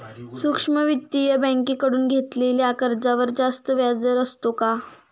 सूक्ष्म वित्तीय बँकेकडून घेतलेल्या कर्जावर जास्त व्याजदर असतो का?